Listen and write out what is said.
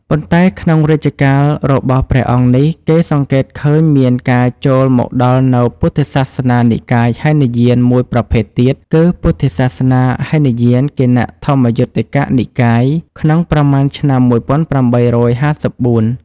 ប៉ុន្តែ ក្នុងរជ្ជកាលរបស់ព្រះអង្គនេះ គេសង្កេតឃើញមានការចូលមកដល់នូវពុទ្ធសាសនានិកាយហីនយានមួយប្រភេទទៀត គឺពុទ្ធសាសនាហីនយាន គណៈធម្មយុត្តិកនិកាយក្នុងប្រមាណឆ្នាំ ១៨៥៤។